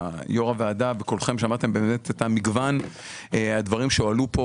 מגוון הדברים שהועלו פה.